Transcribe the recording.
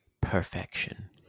Perfection